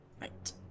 Right